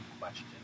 question